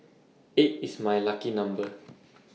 eight is my lucky number